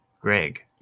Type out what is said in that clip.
Greg